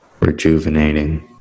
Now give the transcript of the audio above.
rejuvenating